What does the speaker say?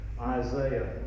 Isaiah